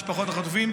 משפחות החטופים,